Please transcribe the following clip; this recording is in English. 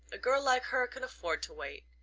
a girl like her can afford to wait.